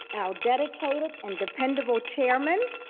our dedicated and dependable chairman,